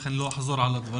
לכן לא אחזור על הדברים.